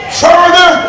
further